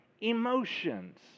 emotions